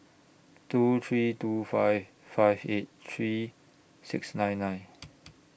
two three two five five eight three six nine nine